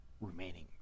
remaining